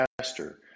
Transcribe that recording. faster